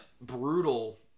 brutal